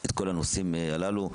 את כל הנושאים הללו.